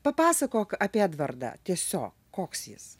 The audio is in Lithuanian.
papasakok apie edvardą tiesiog koks jis